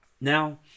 now